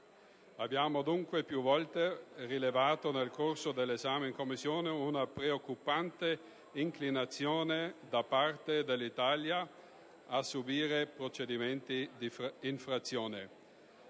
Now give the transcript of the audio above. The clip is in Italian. Abbiamo dunque più volte rilevato, nel corso dell'esame in Commissione, una preoccupante inclinazione da parte dell'Italia a subire procedimenti d'infrazione.